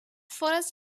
forest